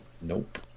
Nope